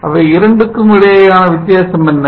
அவை இரண்டுக்கும் இடையேயான வித்தியாசம் என்ன